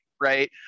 right